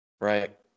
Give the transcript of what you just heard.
right